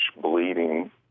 bleeding